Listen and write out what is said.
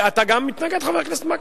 אתה גם מתנגד, חבר הכנסת מקלב?